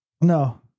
No